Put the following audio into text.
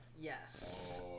Yes